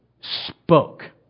spoke